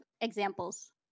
examples